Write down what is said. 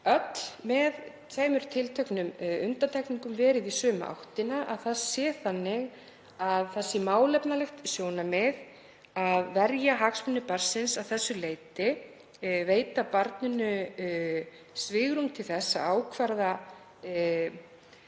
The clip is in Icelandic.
öll, með tveimur tilteknum undantekningum, verið í sömu áttina. Það væri málefnalegt sjónarmið að verja hagsmuni barnsins að þessu leyti, veita barninu svigrúm til þess að ákvarða